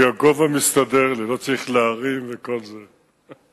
כי הגובה מסתדר לי, לא צריך להרים וכל זה.